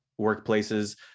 workplaces